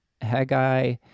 Haggai